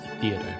Theater